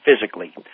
physically